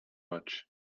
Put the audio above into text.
much